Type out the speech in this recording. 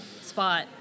spot